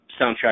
soundtrack